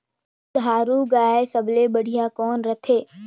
दुधारू गाय सबले बढ़िया कौन रथे?